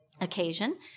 occasion